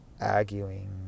arguing